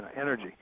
energy